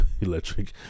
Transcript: Electric